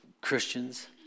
Christians